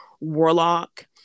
warlock